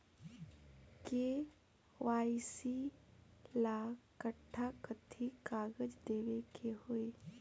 KYC ला कट्ठा कथी कागज देवे के होई?